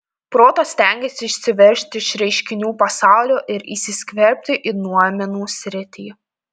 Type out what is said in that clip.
protas stengiasi išsiveržti iš reiškinių pasaulio ir įsiskverbti į noumenų sritį